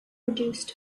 reduced